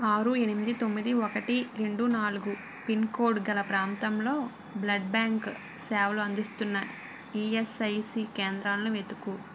ఆరు ఎనిమిది తొమ్మిది ఒకటి రెండు నాలుగు పిన్కోడ్ గల ప్రాంతంలో బ్లడ్ బ్యాంక్ సేవలు అందిస్తున్న ఈఎస్ఐసి కేంద్రాలను వెతుకు